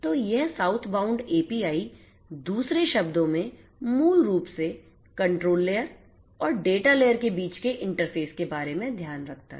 तो यह southbound API दूसरे शब्दों में मूल रूप से कंट्रोल लेयर और डेटा लेयर के बीच के इंटरफ़ेस के बारे में ध्यान रखता है